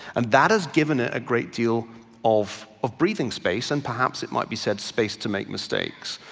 and that has given it a great deal of of breathing space, and perhaps it might be said space to make mistakes.